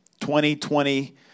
2020